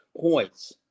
points